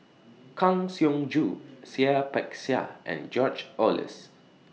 Kang Siong Joo Seah Peck Seah and George Oehlers